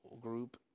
group